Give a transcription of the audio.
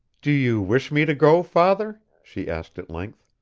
do you wish me to go, father? she asked at length.